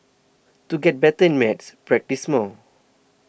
to get better at maths practise more